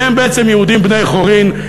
והם בעצם יהודים בני חורין,